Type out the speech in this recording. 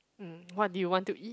mm what do you want to eat